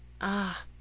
Ah